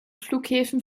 flughäfen